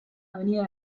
avenida